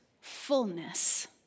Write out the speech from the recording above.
fullness